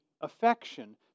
affection